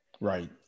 right